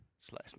Slice